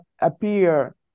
appear